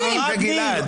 ערד ניר.